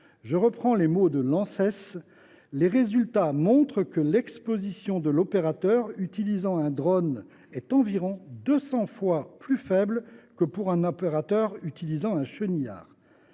Je reprends les mots de l’Anses :« Les résultats indiquent que l’exposition de l’opérateur utilisant un drone est environ 200 fois plus faible que pour un opérateur utilisant un chenillard.